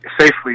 safely